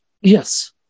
Yes